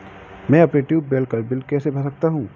मैं अपने ट्यूबवेल का बिल कैसे भर सकता हूँ?